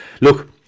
look